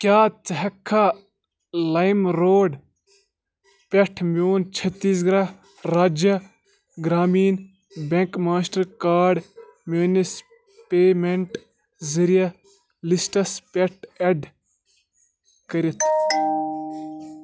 کیٛاہ ژٕ ہٮ۪کھا لایِم روڈ پٮ۪ٹھ میون Chhattisgarh Rajya Gramin bank Mastercard میٲنِس پیمنٹ ذٔریعہِ لِسٹَس پٮ۪ٹھ ایڈ کٔرِتھ